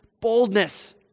boldness